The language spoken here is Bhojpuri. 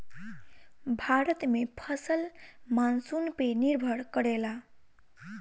भारत में फसल मानसून पे निर्भर करेला